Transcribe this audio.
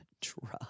drug